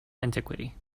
antiquity